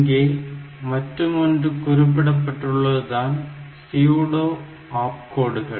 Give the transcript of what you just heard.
இங்கே மற்றுமொன்று குறிப்பிடப்பட்டுள்ளதுதான் சீயூடோ ஆப்கோடுகள்